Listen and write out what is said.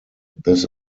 this